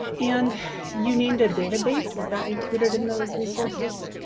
and you named a database, is that included in those resources?